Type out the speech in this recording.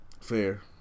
Fair